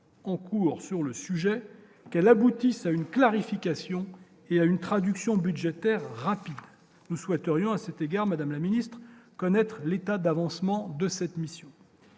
en cours sur le sujet qu'elle aboutisse à une clarification et à une traduction budgétaire rapide nous souhaiterions à cet égard, Madame la Ministre, connaître l'état d'avancement de cette mission.